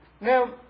Now